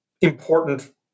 important